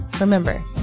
Remember